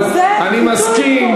אבל אני מסכים,